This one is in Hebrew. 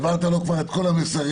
העברת לו כבר את כל המסרים.